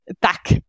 back